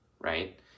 right